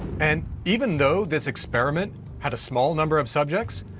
and even though this experiment had a small number of subjects,